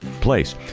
place